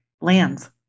lands